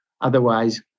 otherwise